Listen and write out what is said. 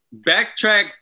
backtrack